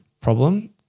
problem